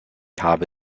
habe